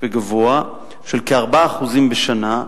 וגבוה של כ-4% בשנה,